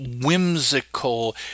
whimsical